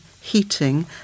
heating